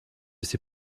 ses